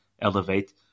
elevate